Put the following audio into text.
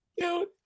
Dude